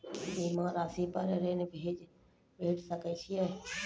बीमा रासि पर ॠण भेट सकै ये?